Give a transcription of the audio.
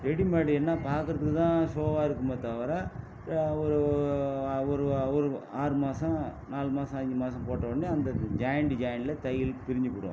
readymade என்ன பாக்குறத்துக்கு தான் ஷோவாக இருக்குமே தவிர ஒ ஒரு ஆ ஒரு ஆறு மாதம் நாலு மாதம் அஞ்சு மாதம் போட்டோன்னே அந்த ஜாயிண்டு ஜாயிண்ட்டில் தையல் பிரிஞ்சுப் போடும்